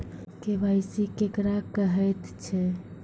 KYC केकरा कहैत छै?